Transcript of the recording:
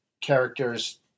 characters